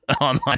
online